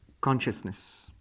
consciousness